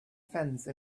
fence